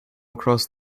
across